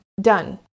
done